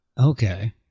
Okay